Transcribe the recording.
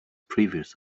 previous